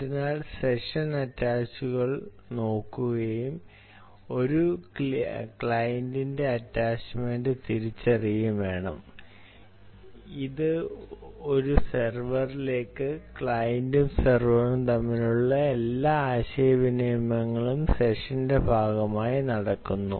അതിനാൽ സെഷൻ അറ്റാച്ചുകൾ നോക്കുകയും ഒരു ക്ലയന്റിന്റെ അറ്റാച്ചുമെന്റ് തിരിച്ചറിയുകയും വേണം ഒരു സെർവറിലേക്ക് ക്ലയന്റും സെർവറും തമ്മിലുള്ള എല്ലാ ആശയവിനിമയങ്ങളും സെഷന്റെ ഭാഗമായി നടക്കുന്നു